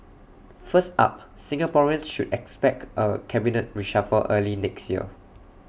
first up Singaporeans should expect A cabinet reshuffle early next year